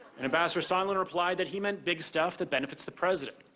ambassador sondland replied that he meant big stuff that benefits the president,